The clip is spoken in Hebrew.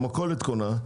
בעל המכולת קונה,